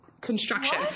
construction